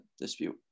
dispute